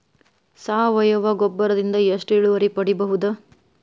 ಸಾವಯವ ಗೊಬ್ಬರದಿಂದ ಎಷ್ಟ ಇಳುವರಿ ಪಡಿಬಹುದ?